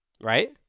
right